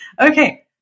Okay